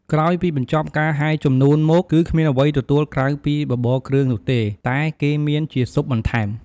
ក្រោយពីបញ្ចប់ការហែជំនូនមក គឺគ្មានអ្វីទទួលក្រៅពីបបរគ្រឿងនោះទេ តែគេមានជាស៊ុបបន្ថែម។